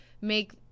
make